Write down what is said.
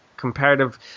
comparative